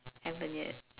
haven't yet